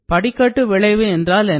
படிக்கட்டு விளைவு என்றால் என்ன